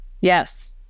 Yes